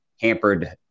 hampered